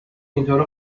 اینطوره